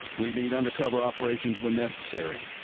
we need undercover operations when necessary.